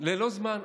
ללא זמן.